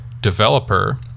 developer